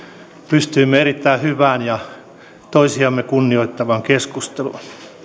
pystyimme erittäin hyvään ja toisiamme kunnioittavaan keskusteluun